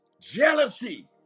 Jealousy